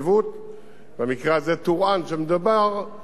במקרה הזה שמדובר בטורעאן,